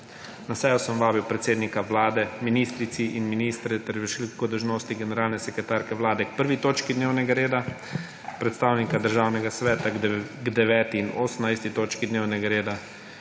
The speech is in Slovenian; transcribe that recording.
Na sejo sem vabil predsednika Vlade, ministrici in ministre ter vršilko dolžnosti generalne sekretarke Vlade k 1. točki dnevnega reda, predstavnika Državnega sveta k 9. in 18. točki dnevnega reda,